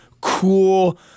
cool